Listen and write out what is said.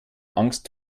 angst